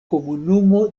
komunumo